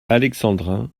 alexandrin